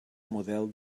model